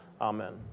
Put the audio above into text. Amen